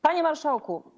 Panie Marszałku!